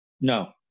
No